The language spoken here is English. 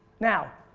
now.